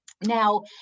Now